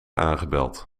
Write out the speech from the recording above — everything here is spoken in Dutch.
aangebeld